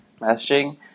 messaging